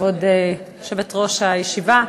כבוד יושבת-ראש הישיבה,